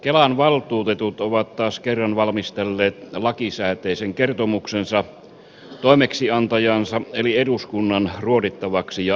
kelan valtuutetut ovat taas kerran valmistelleet lakisääteisen kertomuksensa toimeksiantajansa eli eduskunnan ruodittavaksi ja arvioitavaksi